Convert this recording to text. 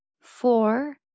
four